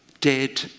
dead